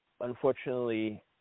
unfortunately